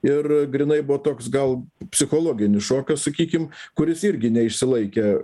ir grynai buvo toks gal psichologinis šokas sakykim kuris irgi neišsilaikė